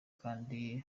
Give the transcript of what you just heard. kandi